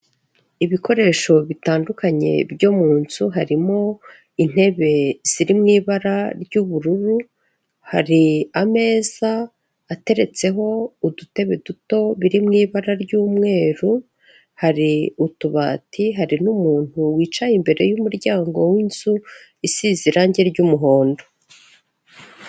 Ibikoresho bitandukanye byo mu nzu harimo intebe ziri mu ibara ry'ubururu, hari ameza ateretseho udutebe duto biri mu ibara ry'umweru, hari utubati, hari n'umuntu wicaye imbere y'umuryango w'inzu isize irange ry'umuhondo.